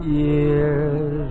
years